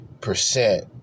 percent